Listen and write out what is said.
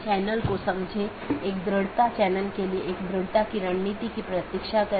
चौथा वैकल्पिक गैर संक्रमणीय विशेषता है